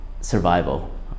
survival